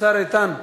השר איתן.